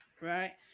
right